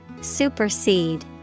Supersede